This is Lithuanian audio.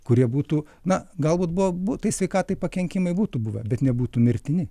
kurie būtų na galbūt buvo bū tai sveikatai pakenkimai būtų buvę bet nebūtų mirtini